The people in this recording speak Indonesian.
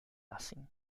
asing